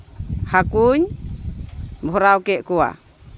ᱦᱟᱹᱠᱩᱧ ᱵᱷᱚᱨᱟᱣ ᱠᱮᱜ ᱠᱚᱣᱟ